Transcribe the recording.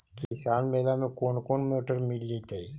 किसान मेला में कोन कोन मोटर मिल जैतै?